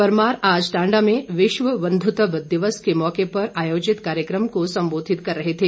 परमार आज टांडा में विश्व बंधुत्व दिवस के मौके पर आयोजित कार्यक्रम को संबोधित कर रहे थे